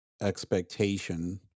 expectation